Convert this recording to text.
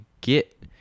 get